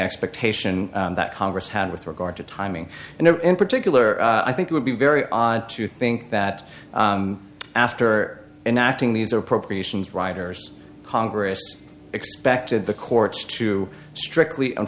expectation that congress had with regard to timing and in particular i think it would be very odd to think that after enacting these appropriations riders congress expected the courts to strictly